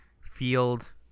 field